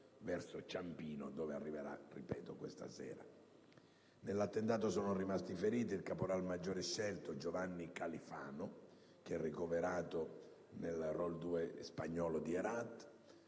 verso Ciampino, dove, ripeto, arriverà questa sera. Nell'attentato sono rimasti feriti: il caporal maggiore scelto Giovanni Califano, che è ricoverato presso il «Role 2» spagnolo di Herat,